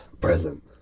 Present